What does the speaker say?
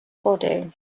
body